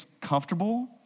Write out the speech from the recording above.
comfortable